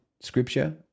scripture